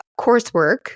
coursework